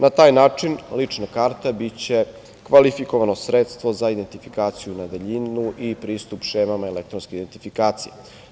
Na taj način lična karta biće kvalifikovano sredstvo za identifikaciju na daljinu i pristup šemama elektronske identifikacije.